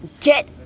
get